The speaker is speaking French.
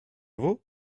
vaut